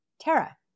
Tara